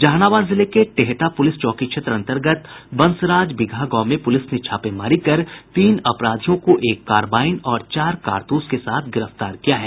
जहानाबाद जिले के टेहटा पुलिस चौकी क्षेत्र अन्तर्गत बंसराज बीघा गांव में पुलिस ने छापेमारी कर तीन अपराधियों को एक कारबाईन और चार कारतूस के साथ गिरफ्तार किया है